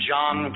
John